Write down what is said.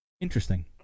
Interesting